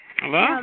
Hello